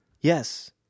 Yes